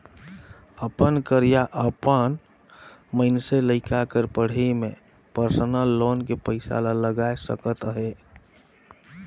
अपन कर या अपन मइनसे लइका कर पढ़ई में परसनल लोन के पइसा ला लगाए सकत अहे